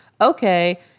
okay